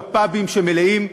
הפאבים המלאים,